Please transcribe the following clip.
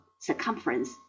circumference